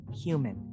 human